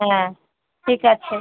হ্যাঁ ঠিক আছে